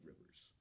rivers